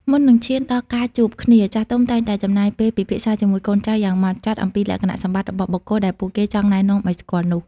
មុននឹងឈានដល់ការជួបគ្នា ចាស់ទុំតែងតែចំណាយពេលពិភាក្សាជាមួយកូនចៅយ៉ាងម៉ត់ចត់អំពីលក្ខណៈសម្បត្តិរបស់បុគ្គលដែលពួកគេចង់ណែនាំឱ្យស្គាល់នោះ។